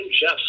jeff